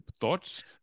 thoughts